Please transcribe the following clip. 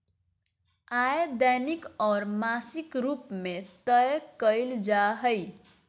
आय दैनिक और मासिक रूप में तय कइल जा हइ